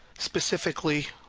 specifically,